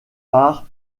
par